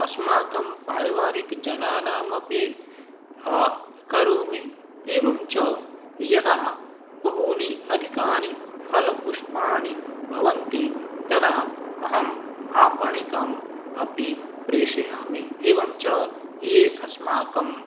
अस्माकं पारिवारिकजनानामपि करोमि एवं च यदा बहूनि अधिकानि फलपुष्पाणि भवन्ति तदा अहम् आपणिकम् अपि प्रेषयामि एवं च ये अस्माकं